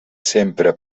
sempre